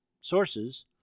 sources